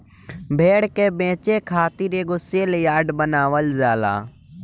भेड़ के बेचे खातिर एगो सेल यार्ड बनावल जाला